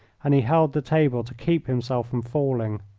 and he held the table to keep himself from falling.